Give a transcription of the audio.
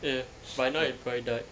ya by now it probably died